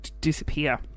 disappear